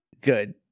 Good